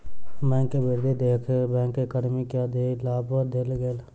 bank के वृद्धि देख बैंक कर्मी के अधिलाभ देल गेल